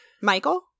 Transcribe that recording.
Michael